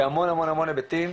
בהמון המון היבטים.